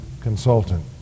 consultant